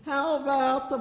how about the